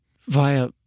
via